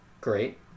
Great